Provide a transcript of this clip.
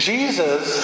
Jesus